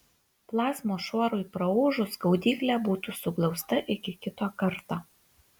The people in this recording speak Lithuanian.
plazmos šuorui praūžus gaudyklė būtų suglausta iki kito karto